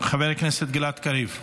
חבר הכנסת גלעד קריב.